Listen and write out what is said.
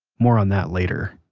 more on that later